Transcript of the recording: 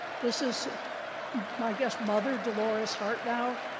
this is my guess mother dolores hart now,